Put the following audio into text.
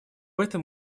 этом